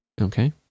Okay